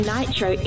Nitro